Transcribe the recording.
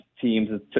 teams